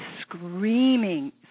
screaming